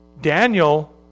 Daniel